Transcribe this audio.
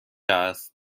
است